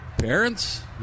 parents